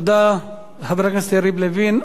תודה לחבר הכנסת יריב לוין.